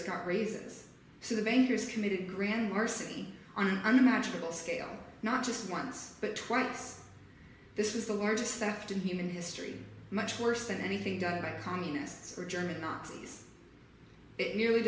caught raises so the bankers committed grand larceny on unimaginable scale not just once but twice this is the largest saft in human history much worse than anything done by communists or german nazis it nearly